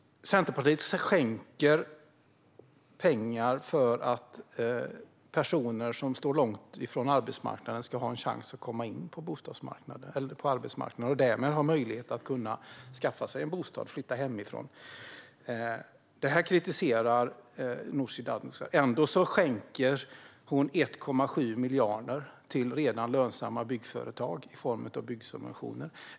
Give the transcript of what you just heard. Centerpartiet skänker pengar för att personer som står långt ifrån arbetsmarknaden ska ha en chans att komma in på den och därmed ha möjlighet att skaffa sig en bostad och flytta hemifrån. Detta kritiserar Nooshi Dadgostar, men ändå skänker hon 1,7 miljarder till redan lönsamma byggföretag i form av byggsubventioner.